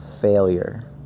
failure